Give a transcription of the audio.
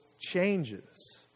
changes